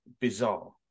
bizarre